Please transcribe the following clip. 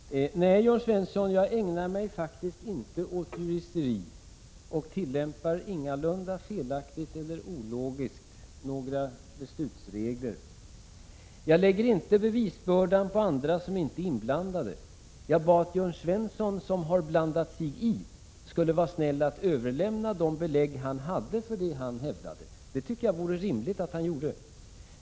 Herr talman! Nej, Jörn Svensson, jag ägnar mig faktiskt inte åt juristeri och tillämpar ingalunda felaktigt eller ologiskt några beslutsregler. Jag lägger inte bevisbördan på andra som inte är inblandade. Jag bad att Jörn Svensson, som har blandat sig i, skulle vara snäll att överlämna de belägg han hade för det som han hävdade. Det tycker jag vore rimligt att han gjorde.